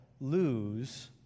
lose